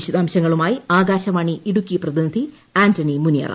വിശദാംശങ്ങളുമായി ആകാശവാണി ഇടുക്കി പ്രതിനിധി ആന്റണി മുനിയറ